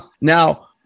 Now